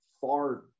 far